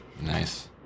Nice